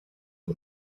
est